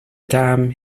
dam